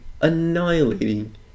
annihilating